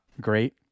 great